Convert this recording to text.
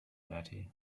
betty